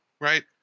right